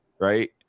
right